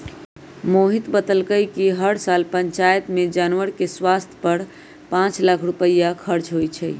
मोहित बतलकई कि हर साल पंचायत में जानवर के स्वास्थ पर पांच लाख रुपईया खर्च होई छई